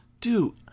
Dude